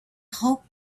hoped